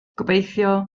gobeithio